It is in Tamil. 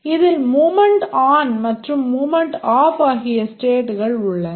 இதில் மூவ்மென்ட் on மற்றும் மூவ்மென்ட் off ஆகிய ஸ்டேட்கள் உள்ளன